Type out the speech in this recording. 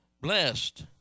Blessed